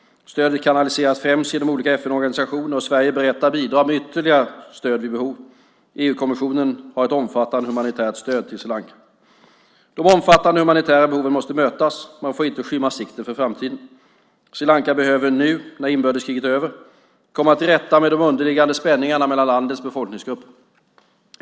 Stödet kanaliseras främst genom olika FN-organisationer, och Sverige är berett att bidra med ytterligare stöd vid behov. EU-kommissionen har ett omfattande humanitärt stöd till Sri Lanka. De omfattande humanitära behoven måste mötas men får inte skymma sikten för framtiden. Sri Lanka behöver nu, när inbördeskriget är över, komma till rätta med de underliggande spänningarna mellan landets folkgrupper.